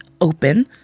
open